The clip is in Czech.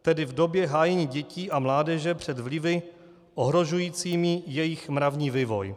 Tedy v době hájení dětí a mládeže před vlivy ohrožujícími jejich mravní vývoj.